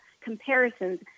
comparisons